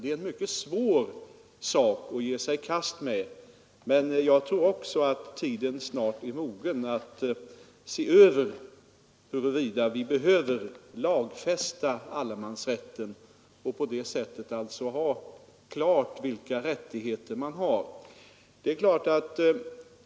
Det är en mycket svår sak att ge sig i kast med, men jag tror också att tiden snart är mogen att undersöka huruvida vi behöver lagfästa allemansrätten och på det sättet få klart vilka rättigheter som finns.